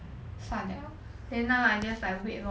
算 liao then now I just like wait lor